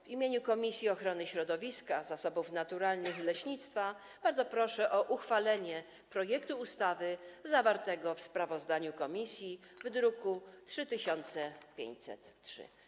W imieniu Komisji Ochrony Środowiska, Zasobów Naturalnych i Leśnictwa bardzo proszę o uchwalenie projektu ustawy zawartego w sprawozdaniu komisji w druku nr 3503.